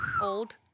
Old